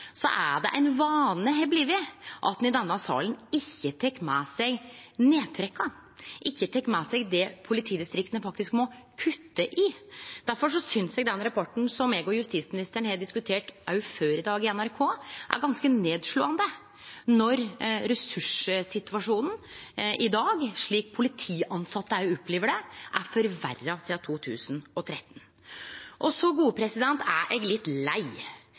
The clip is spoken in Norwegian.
er det blitt ein vane at ein i denne salen ikkje tek med seg nedtrekka, ikkje tek med seg det politidistrikta faktisk må kutte i. Difor synest eg den rapporten som eg og justisministeren òg har diskutert før i dag, i NRK, er ganske nedslåande, når ressurssituasjonen i dag, slik polititilsette òg opplever det, er forverra sidan 2013. Så er eg litt lei.